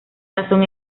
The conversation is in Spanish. razón